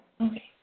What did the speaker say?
Okay